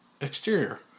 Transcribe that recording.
exterior